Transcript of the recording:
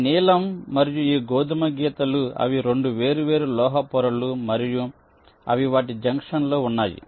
ఈ నీలం మరియు ఈ గోధుమ గీతలు అవి 2 వేర్వేరు లోహ పొరలు మరియు అవి వాటి జంక్షన్లలో ఉన్నాయి